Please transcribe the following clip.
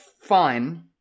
fine